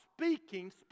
speaking